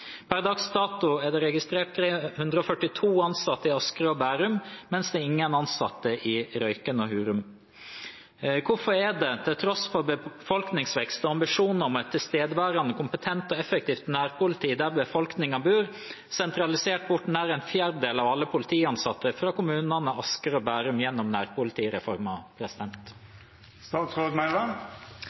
Per dags dato er det 342 ansatte i Asker og Bærum, mens det er ingen ansatte i Røyken og Hurum. Hvorfor er det, til tross for befolkningsvekst og ambisjon om et tilstedeværende, kompetent og effektivt nærpoliti der befolkningen bor, sentralisert bort nær ¼ av alle politiansatte fra kommunene Asker og Bærum gjennom nærpolitireformen?»